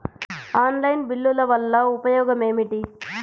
Online బిల్లుల వల్ల ఉపయోగమేమిటీ?